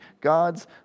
God's